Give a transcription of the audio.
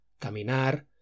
caminar